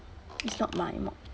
it's not my mod